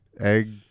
egg